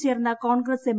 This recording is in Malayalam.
യിൽ ചേർന്ന കോൺഗ്രസ് എം